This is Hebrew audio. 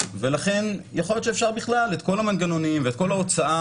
לכן יכול להיות שאפשר בכלל את כל המנגנונים ואת כל ההוצאה,